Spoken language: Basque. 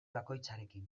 bakoitzarekin